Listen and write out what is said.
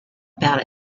about